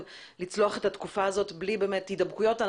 לצלוח את התקופה הזאת בלי הידבקויות.